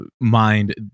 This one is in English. mind